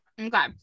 okay